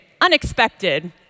unexpected